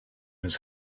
his